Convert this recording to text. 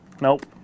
nope